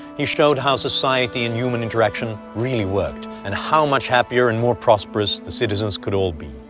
he showed how society and human interaction really worked. and how much happier and more prosperous the citizens could all be.